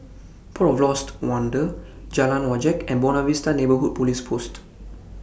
Port of Lost Wonder Jalan Wajek and Buona Vista Neighbourhood Police Post